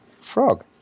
frog